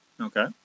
Okay